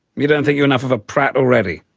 you don't think you're enough of a prat already?